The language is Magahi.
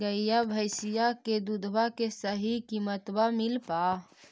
गईया भैसिया के दूधबा के सही किमतबा मिल पा?